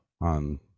on